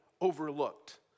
overlooked